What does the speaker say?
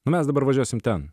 nu mes dabar važiuosim ten